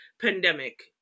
pandemic